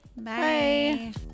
Bye